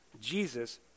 Jesus